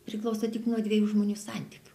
priklauso tik nuo dviejų žmonių santykių